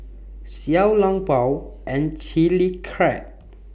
Xiao Long Bao and Chilli Crab